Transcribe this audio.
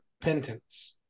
repentance